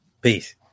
Peace